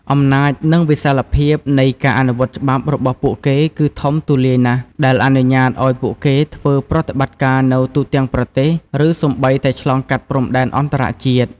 អំណាច និងវិសាលភាពនៃការអនុវត្តច្បាប់របស់ពួកគេគឺធំទូលាយណាស់ ដែលអនុញ្ញាតឲ្យពួកគេធ្វើប្រតិបត្តិការនៅទូទាំងប្រទេស ឬសូម្បីតែឆ្លងកាត់ព្រំដែនអន្តរជាតិ។